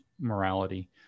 morality